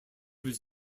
was